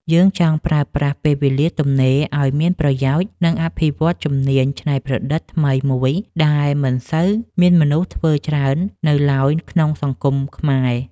យើងចង់ប្រើប្រាស់ពេលវេលាទំនេរឱ្យមានប្រយោជន៍ និងអភិវឌ្ឍជំនាញច្នៃប្រឌិតថ្មីមួយដែលមិនសូវមានមនុស្សធ្វើច្រើននៅឡើយក្នុងសង្គមខ្មែរ។